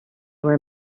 were